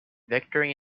victory